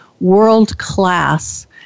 world-class